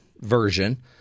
version